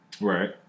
Right